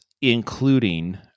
including